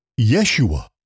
Yeshua